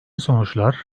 sonuçlar